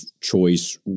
choice